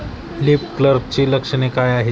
Leaf कर्लची लक्षणे काय आहेत?